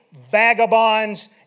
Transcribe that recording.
vagabonds